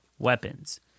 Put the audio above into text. weapons